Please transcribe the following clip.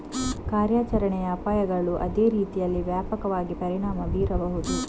ಕಾರ್ಯಾಚರಣೆಯ ಅಪಾಯಗಳು ಅದೇ ರೀತಿಯಲ್ಲಿ ವ್ಯಾಪಕವಾಗಿ ಪರಿಣಾಮ ಬೀರಬಹುದು